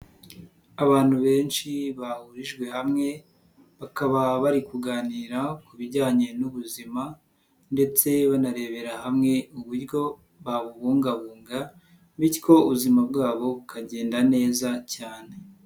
Abantu benshi bahurijwe hamwe bakaba bari kuganira ku bijyanye n'ubuzima ndetse banarebera hamwe uburyo babubungabunga bityo ubuzima bwabo bukagenda neza cyane.